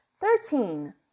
Thirteen